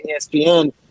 ESPN